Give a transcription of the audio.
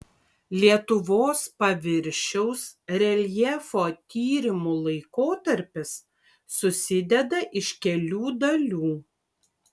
lietuvos paviršiaus reljefo tyrimų laikotarpis susideda iš kelių dalių